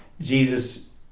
Jesus